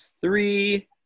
three